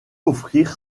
offrir